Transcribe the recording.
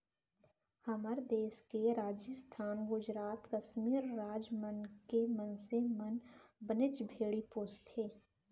हमर देस के राजिस्थान, गुजरात, कस्मीर राज मन के मनसे मन बनेच भेड़ी पोसथें